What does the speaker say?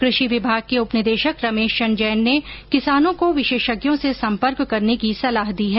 कृषि विभाग के उपनिदेशक रमेश चन्द जैन ने किसानों को विशेषज्ञों से संपर्क करने की सलाह दी है